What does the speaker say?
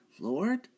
Lord